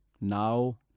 Now